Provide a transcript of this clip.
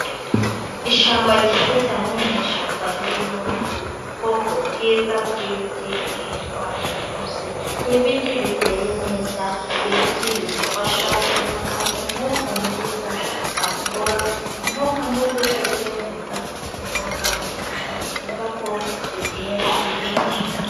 Ishyamba ryiza cyane ni ishyamba ririmo ubwoko bwiza bw'ibiti bwitwa intusi ni ibiti biteye neza, ibiti bidufasha kubona umwuka mwiza. Twasohora umwuka mubi tukinjiza umwuka mwiza ni byiza ko dutera ibiti.